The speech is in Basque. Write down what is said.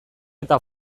eta